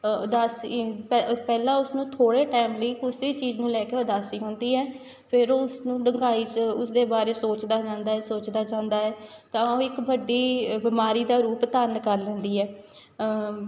ਉਦਾਸੀ ਪ ਪਹਿਲਾਂ ਉਸਨੂੰ ਥੋੜ੍ਹੇ ਟਾਈਮ ਲਈ ਉਸੀ ਚੀਜ਼ ਨੂੰ ਲੈ ਕੇ ਉਦਾਸੀ ਹੁੰਦੀ ਹੈ ਫਿਰ ਉਸਨੂੰ ਡੂੰਘਾਈ 'ਚ ਉਸਦੇ ਬਾਰੇ ਸੋਚਦਾ ਜਾਂਦਾ ਸੋਚਦਾ ਜਾਂਦਾ ਹੈ ਤਾਂ ਉਹ ਇੱਕ ਵੱਡੀ ਬਿਮਾਰੀ ਦਾ ਰੂਪ ਧਾਰਨ ਕਰ ਲੈਂਦੀ ਹੈ